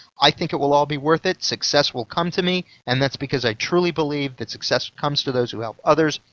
i think it will all be worth it, success will come to me and that's because i truly believe that success comes to those who help others,